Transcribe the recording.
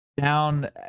Down